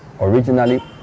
originally